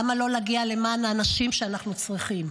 למה לא להגיע למען האנשים שאנחנו צריכים?